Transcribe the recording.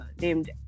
named